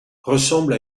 ressemble